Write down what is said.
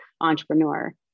entrepreneur